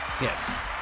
Yes